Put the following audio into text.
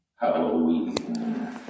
Halloween